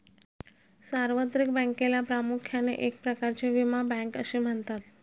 सार्वत्रिक बँकेला प्रामुख्याने एक प्रकारची विमा बँक असे म्हणतात